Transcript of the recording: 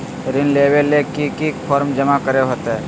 ऋण लेबे ले की की फॉर्म जमा करे होते?